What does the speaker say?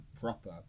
proper